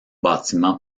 bâtiment